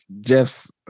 jeff's